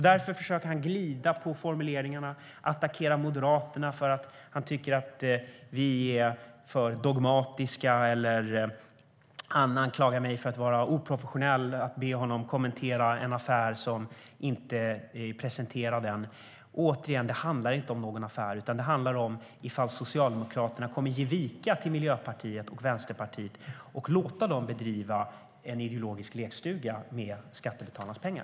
Därför försöker han glida på formuleringarna, attackera Moderaterna för att han tycker att vi är för dogmatiska eller anklaga mig för att vara oprofessionell när jag ber honom kommentera en affär som inte är presenterad än. Återigen: Detta handlar inte om någon affär utan om huruvida Socialdemokraterna kommer att ge vika för Miljöpartiet och Vänsterpartiet och låta dem bedriva en ideologisk lekstuga med skattebetalarnas pengar.